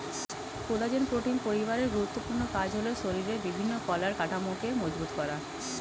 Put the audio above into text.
collagen protein পরিবারের গুরুত্বপূর্ণ কাজ হলো শরীরের বিভিন্ন কলার কাঠামোকে মজবুত করা